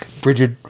Bridget